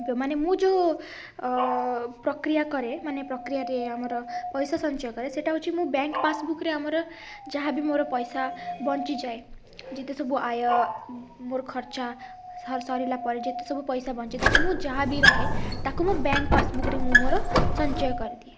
ମାନେ ମୁଁ ଯେଉଁ ପ୍ରକ୍ରିୟା କରେ ମାନେ ପ୍ରକ୍ରିୟାରେ ଆମର ପଇସା ସଞ୍ଚୟ କରେ ସେଟା ହେଉଛି ମୁଁ ବ୍ୟାଙ୍କ୍ ପାସ୍ବୁକ୍ରେ ଆମର ଯାହାବି ମୋର ପଇସା ବଞ୍ଚିଯାଏ ଯେତେ ସବୁ ଆୟ ମୋର ଖର୍ଚ୍ଚ ସରିଲାପରେ ଯେତେ ସବୁ ପଇସା ବଞ୍ଚେ ତାକୁ ମୁଁ ଯାହା ବି ରହେ ତାକୁ ମୁଁ ବ୍ୟାଙ୍କ୍ ପାସ୍ବୁକ୍ରେ ମୁଁ ମୋର ସଞ୍ଚୟ କରିଦିଏ